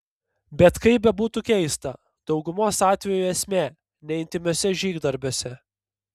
bet kaip bebūtų keista daugumos atvejų esmė ne intymiuose žygdarbiuose